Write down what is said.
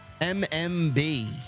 MMB